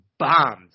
bombs